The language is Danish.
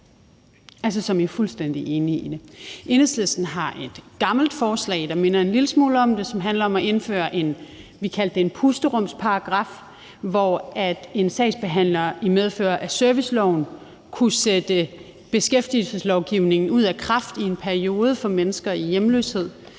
Enhedslisten har et gammelt forslag, der minder en lille smule om det her, som handler om at indføre noget, vi kaldte for en pusterumsparagraf, hvor en sagsbehandler i medfør af serviceloven kunne sætte beskæftigelseslovgivningen ud af kraft i en periode for mennesker ramt af hjemløshed,